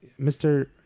Mr